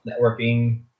networking